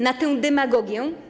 Na tę demagogię?